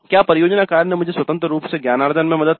क्या परियोजना कार्य ने मुझे स्वतंत्र रूप से ज्ञानार्जन में मदद की